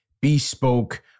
bespoke